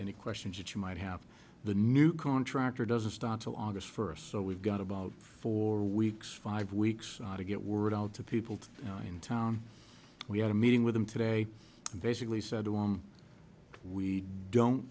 any questions that you might have the new contractor doesn't start till august first so we've got about four weeks five weeks to get word out to people in town we had a meeting with him today and basically said to him we don't